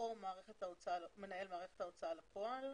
או מנהל מערכת ההוצאה לפועל.